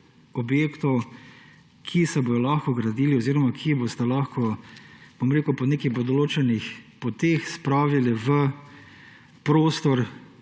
objektov, ki se bodo lahko gradili oziroma ki jih boste lahko, bom rekel, po nekih določenih poteh spravili v prostor,